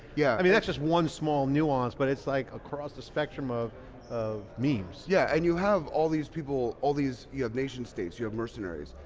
yeah i mean that's just one small nuance but it's like across a spectrum of of memes. yeah and you have all these people, all these people, you have nation states, you have mercenaries,